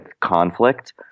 conflict